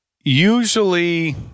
usually